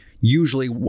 usually